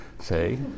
say